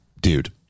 dude